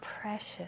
precious